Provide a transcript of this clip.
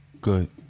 Good